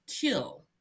kill